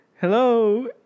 Hello